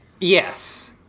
Yes